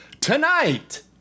tonight